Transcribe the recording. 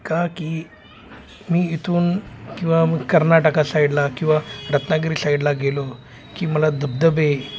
का की मी इथून किंवा मग कर्नाटक साईडला किंवा रत्नागिरी साईडला गेलो की मला धबधबे